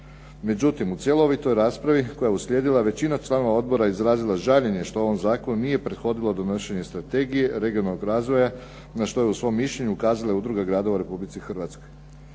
Međutim u cjelovitoj raspravi koja je uslijedila, većina članova odbora je izrazila žaljenje što u ovom zakonu nije prethodilo donošenje strategije regionalnog razvoja, na što je u svom mišljenju ukazala udruga gradova u Republici Hrvatskoj.